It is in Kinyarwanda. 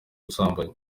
ubusambanyi